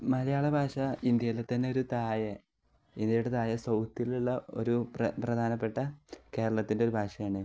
മലയാള ഭാഷ ഇന്ത്യയിലെ തന്നെ ഒരു താഴെ ഇന്ത്യയുടെ താഴെ സൗത്തിലുള്ള ഒരു പ്രധാനപ്പെട്ട കേരളത്തിൻ്റെ ഒരു ഭാഷയാണ്